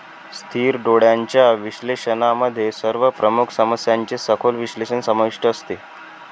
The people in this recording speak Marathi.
स्थिर डोळ्यांच्या विश्लेषणामध्ये सर्व प्रमुख समस्यांचे सखोल विश्लेषण समाविष्ट असते